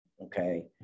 Okay